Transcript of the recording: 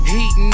Heat